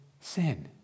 sin